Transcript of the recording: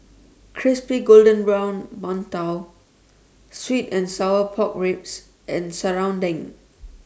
Crispy Golden Brown mantou Sweet and Sour Pork Ribs and Serunding